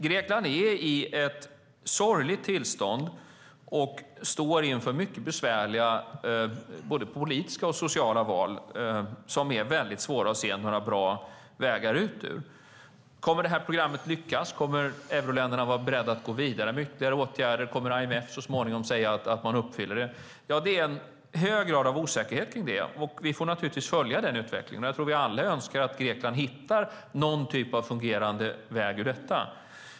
Grekland är i ett sorgligt tillstånd och står inför mycket besvärliga politiska och sociala val som det är väldigt svårt att se några bra vägar ut ur. Kommer det här programmet att lyckas? Kommer euroländerna att vara beredda att gå vidare med ytterligare åtgärder? Kommer IMF så småningom att säga att man uppfyller det? Det är en hög grad av osäkerhet kring det, och vi får naturligtvis följa den utvecklingen. Jag tror att vi alla önskar att Grekland hittar någon typ av fungerande väg ur detta.